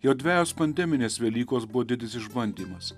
jo dvejos pandeminės velykos buvo didis išbandymas